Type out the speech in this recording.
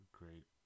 great